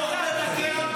למה אתה --- דוח מבקר המדינה,